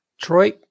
Troy